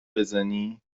بزنی